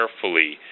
carefully